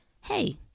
hey